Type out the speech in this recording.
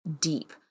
deep